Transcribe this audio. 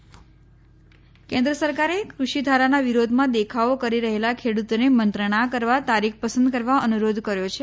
સરકાર ખેડૂત મંત્રણા કેન્દ્ર સરકારે ક઼ર્ષિ ધારાના વિરોધમાં દેખાવો કરી રહેલા ખેડૂતોને મંત્રણા કરવા તારીખ પસંદ કરવા અનુરોધ કર્યો છે